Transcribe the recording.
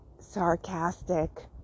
sarcastic